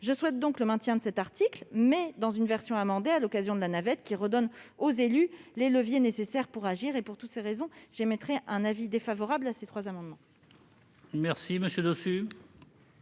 Je souhaite donc le maintien de cet article, mais dans une version amendée à l'occasion de la navette, afin de redonner aux élus les leviers nécessaires pour agir. Pour toutes ces raisons, j'émets un avis défavorable sur ces trois amendements.